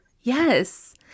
Yes